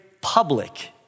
public